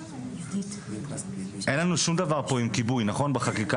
אין לנו שום דבר בחקיקה הזו עם כיבוי, נכון?